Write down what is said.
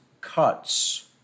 cuts